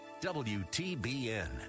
WTBN